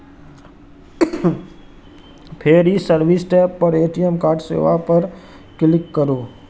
फेर ई service tab पर ए.टी.एम कार्ड सेवा पर क्लिक करू